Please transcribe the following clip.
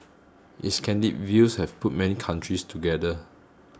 his candid views have put many countries together